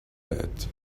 bat